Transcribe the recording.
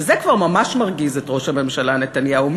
שזה כבר ממש מרגיז את ראש הממשלה נתניהו,